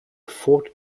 fort